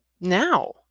now